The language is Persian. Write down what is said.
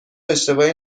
اشتباهی